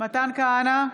מתן כהנא,